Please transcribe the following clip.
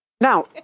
Now